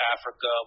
Africa